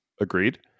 Agreed